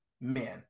men